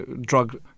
drug